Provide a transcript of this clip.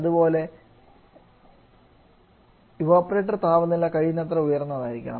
അതുപോലെ ഇവപൊറേറ്റർ താപനില കഴിയുന്നത്ര ഉയർന്നതായിരിക്കണം